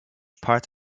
part